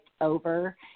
over